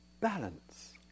balance